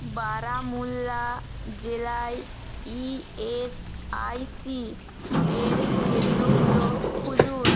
বারামুল্লা জেলায় E S I C এর কেন্দ্রগুলো খুঁজুন